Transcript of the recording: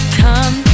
come